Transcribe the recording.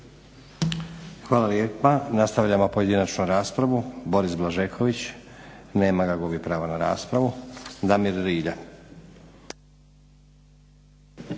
Hvala lijepa. Nastavljamo pojedinačnu raspravu. Boris Blažeković, nema ga. Gubi pravo na raspravu. Damir Rilje.